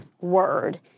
word